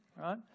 right